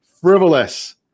Frivolous